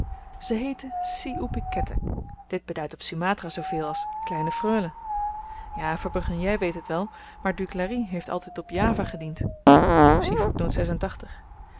ze heette si oepi keteh dit beduidt op sumatra zooveel als kleine freule ja verbrugge jy weet het wel maar duclari heeft altyd op java gediend